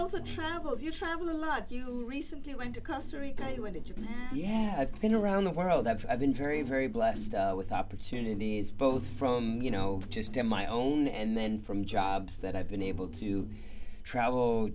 also travels you travel a lot you recently went to costa rica you went to japan yeah i've been around the world i've been very very blessed with opportunities both from you know just to my own and then from jobs that i've been able to travel